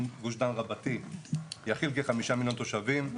גוש דן רבתי יכיל כ-5 מיליון תושבים,